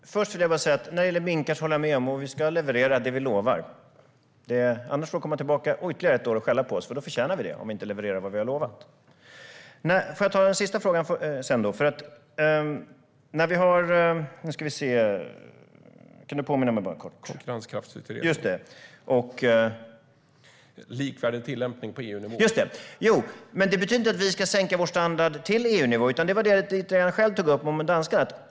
Herr talman! Först vill jag säga att när det gäller minkar håller jag med. Vi ska leverera det vi lovar. Annars får du skälla på oss om ytterligare ett år, för om vi inte levererar vad vi har lovat förtjänar vi det. När det gäller frågan om Konkurrenskraftsutredningen och likvärdig tillämpning på EU-nivå betyder det inte att vi ska sänka vår standard till EU-nivå, utan det är lite samma sak som det jag tog upp om danskarna.